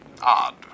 Odd